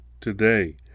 today